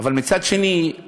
אבל מצד שני,